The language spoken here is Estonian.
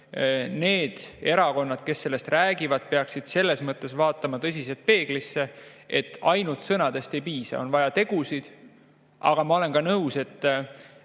need erakonnad, kes sellest räägivad, peaksid selles mõttes vaatama tõsiselt peeglisse. Ainult sõnadest ei piisa, on vaja tegusid. Aga ma olen nõus ka